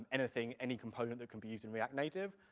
anything, any component that can be used in react native,